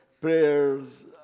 prayers